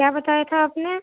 کیا بتایا تھا آپ نے